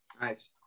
Nice